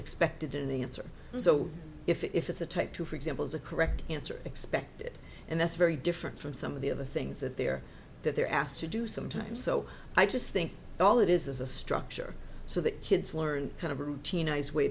expected in the answer so if it's a type two for example is a correct answer expected and that's very different from some of the other things that they're that they're asked to do sometimes so i just think all it is is a structure so that kids learn kind of a routine nice way